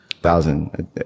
thousand